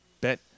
bet